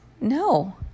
No